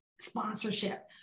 sponsorship